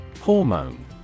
Hormone